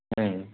ம்